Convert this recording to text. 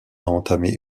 entamé